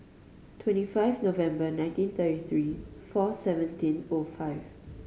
twenty five November nineteen thirty three four seventeen O five